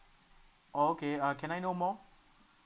oh okay uh can I know more